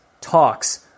talks